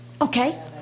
okay